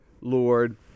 Lord